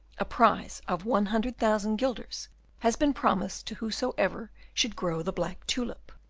a prize of one hundred thousand guilders has been promised to whosoever should grow the black tulip.